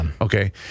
Okay